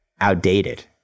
outdated